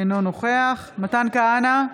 אינו נוכח מתן כהנא,